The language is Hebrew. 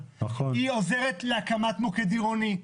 היא עוזרת להקמת מוקד עירוני.